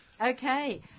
Okay